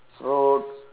road